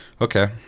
okay